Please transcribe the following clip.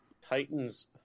Titans